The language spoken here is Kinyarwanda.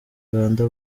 uganda